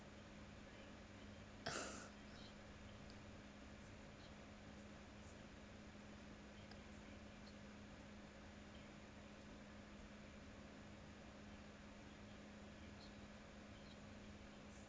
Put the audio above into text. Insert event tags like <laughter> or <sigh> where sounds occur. <laughs>